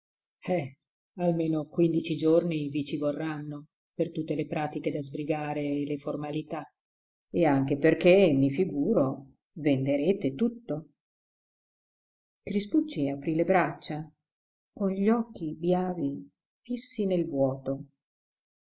eh almeno quindici giorni vi ci vorranno per tutte le pratiche da sbrigare e le formalità e anche perché mi figuro venderete tutto crispucci aprì le braccia con gli occhi biavi fissi nel vuoto